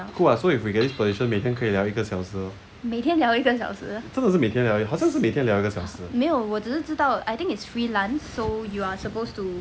cool what so if we get this position 每天可以聊一个小时真的是每天聊好像是每天聊一个小时